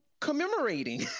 commemorating